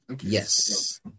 Yes